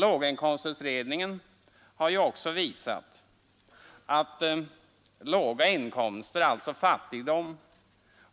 Låginkomstutredningen har också visat att fattigdom